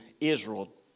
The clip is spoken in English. Israel